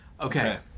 Okay